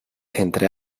entre